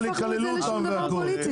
אבל יקללו אותם והכול.